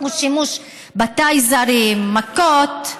שימוש בטייזרים, מכות,